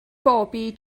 bobi